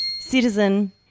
Citizen